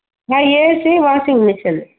sir AC washing machine